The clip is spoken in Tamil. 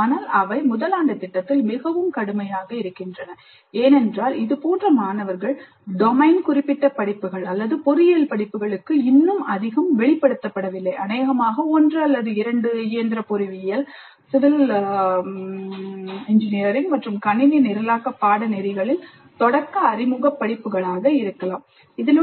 ஆனால் அவை முதல் ஆண்டு திட்டத்தில் மிகவும் கடுமையாக இருக்கின்றன ஏனென்றால் இதுபோன்ற மாணவர்கள் டொமைன் குறிப்பிட்ட படிப்புகள் அல்லது பொறியியல் படிப்புகளுக்கு இன்னும் அதிகம் வெளிப்படுத்தப்படவில்லை அனேகமாக ஒன்று அல்லது இரண்டு தொடக்க அறிமுக படிப்புகளாக இயந்திர பொறியியல் சிவில் பொறியியல் மற்றும் கணினி நிரலாக்க பாடநெறிகளில் இருக்கலாம்